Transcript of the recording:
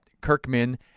Kirkman